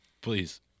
Please